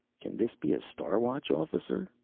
can this be a star watch officer?